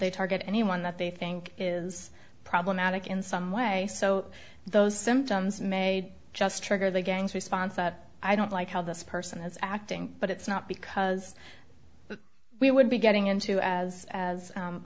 they target anyone that they think is problematic in some way so those symptoms may just trigger the gangs response i don't like how this person is acting but it's not because we would be getting into as as